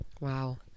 Wow